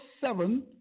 seven